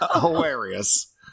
hilarious